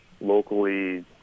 locally